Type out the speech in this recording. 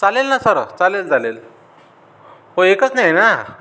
चालेल ना सरं चालेल चालेल हो एकच नाही आहे ना